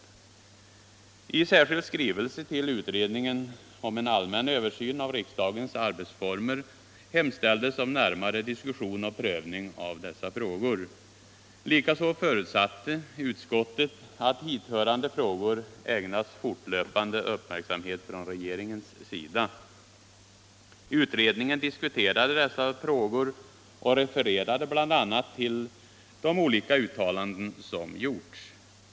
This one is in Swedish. I särskild skrivelse till utredningen om en allmän översyn av riksdagens arbetsformer hemställdes om närmare diskussion och prövning av dessa frågor. Likaså förutsatte utskottet att hithörande frågor ägnas fortlöpande uppmärksamhet från regeringens sida. Utredningen om riksdagens arbetsformer diskuterade dessa problem och refererade bl.a. till de olika uttalanden som gjorts.